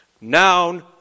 Noun